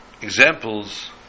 examples